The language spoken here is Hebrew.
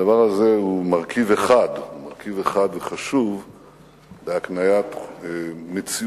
הדבר הזה הוא מרכיב אחד חשוב בהקניית מציאות